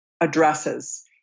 addresses